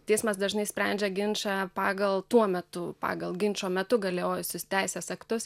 teismas dažnai sprendžia ginčą pagal tuo metu pagal ginčo metu galiojusius teisės aktus